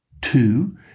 Two